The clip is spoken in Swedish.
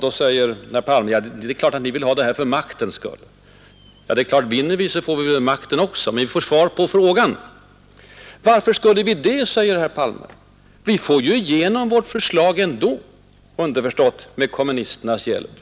Då säger herr Palme: Det är klart att ni vill ha nyval för att försöka få makten. Ja, vinner vi så får vi väl makten också, men vi får framför allt svar på den ställda frågan. ”Varför skulle vi anordna nyval”, säger herr Palme, ”vi får ju igenom vårt förslag ändå” — underförstått med kommunisternas hjälp.